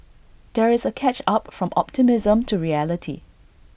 there is A catch up from optimism to reality